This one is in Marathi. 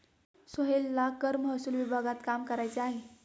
सोहेलला कर महसूल विभागात काम करायचे आहे